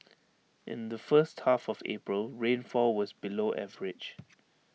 in the first half of April rainfall was below average